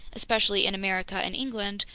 especially in america and england,